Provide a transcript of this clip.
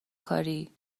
کاری